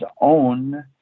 own